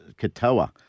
Katoa